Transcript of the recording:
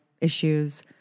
issues